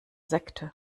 sekte